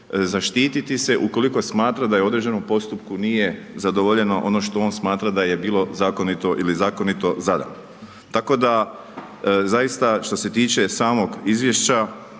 zaštiti se ukoliko smatra da u određenom postupku nije zadovoljeno ono što on smatra da je bilo zakonito ili zakonito zadano. Tako da, zaista, što se tiče samog izvješća,